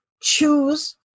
choose